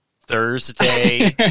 Thursday